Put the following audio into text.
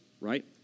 right